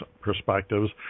perspectives